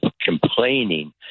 complaining